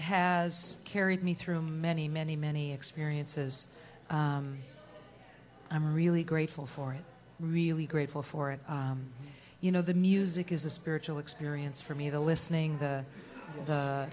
has carried me through many many many experiences i'm really grateful for it really grateful for it you know the music is a spiritual experience for me the listening the